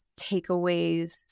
takeaways